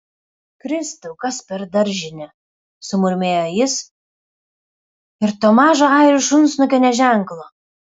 kristau kas per daržinė sumurmėjo jis ir to mažo airių šunsnukio nė ženklo